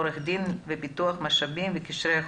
עורכת דין ופיתוח משאבים וקשרי חוץ.